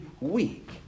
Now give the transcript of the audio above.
week